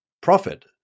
profit